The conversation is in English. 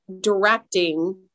directing